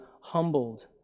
humbled